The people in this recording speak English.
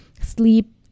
sleep